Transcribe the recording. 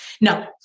No